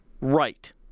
Right